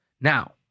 Now